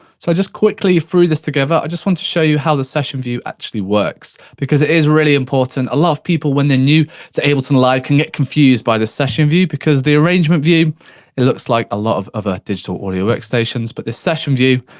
so, i just quickly threw this together, i just want to show you how the session view actually works, because it is really important. a lot of people when they're new to ableton live, can get confused by the session view, because the arrangement view looks like a lot of other ah digital audio workstations, but this session view,